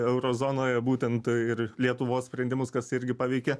euro zonoje būtent ir lietuvos sprendimus kas irgi paveikė